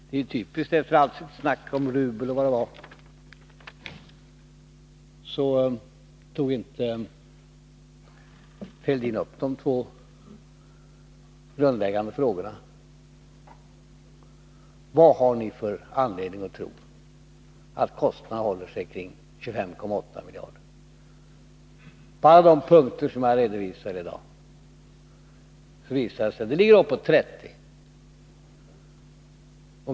Det är typiskt att efter allt sitt snack om rubel och vad det var så tog Thorbjörn Fälldin inte upp de två grundläggande frågorna. Vad har ni för anledning att tro att kostnaderna håller sig till 25,8 miljarder? På alla de punkter som jag har redovisat i dag visar det sig att kostnaderna ligger högre och att de sammanlagt blir uppemot 30 miljarder.